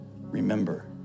Remember